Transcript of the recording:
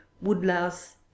woodlouse